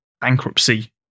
bankruptcy